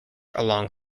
along